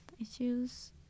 issues